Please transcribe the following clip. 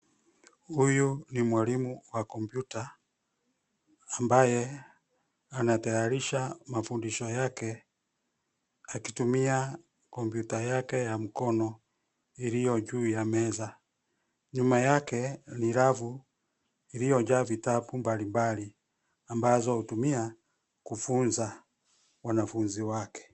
Huyu ni mwalimu wa kompyuta ambaye anatayarisha mafundisho yake akitumia kompyuta yake ya mkono iliyo juu ya meza. Nyuma yake ni rafu iliyojaa vitabu mbalimbali ambazo hutumia kufunza wanafunzi wake.